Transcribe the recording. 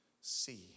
see